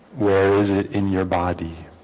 well is it in your body